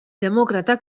demòcrata